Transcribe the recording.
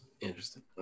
Interesting